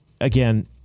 again